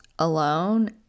alone